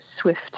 swift